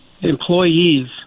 employees